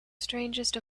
strangest